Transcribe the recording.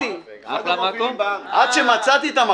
זה לא פעם --- רק להבין: המשמעת נקנית בכסף?